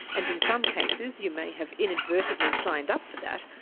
and in some cases you may have inadvertently signed up for that,